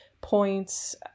points